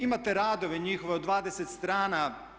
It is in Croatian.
Imate radove njihove od 20 strana.